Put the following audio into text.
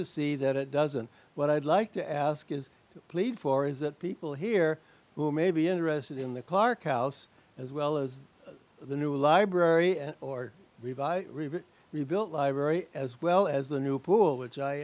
to see that it doesn't what i'd like to ask is plead for is that people here who may be interested in the clark house as well as the new library or revive rebuilt library as well as the new pool which i